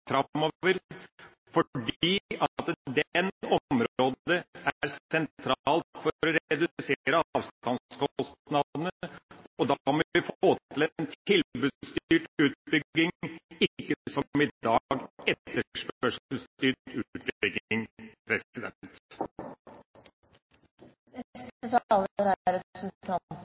er sentralt for å redusere avstandskostnadene, og da må vi få til en tilbudsstyrt utbygging, og ikke en etterspørselsstyrt utbygging som i dag.